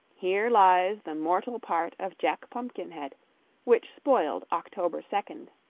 here lies the mortal part of jack pumpkinhead which spoiled october second.